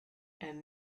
and